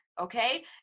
Okay